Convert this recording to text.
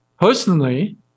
personally